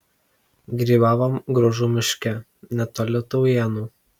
grybavom gružų miške netoli taujėnų